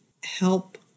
help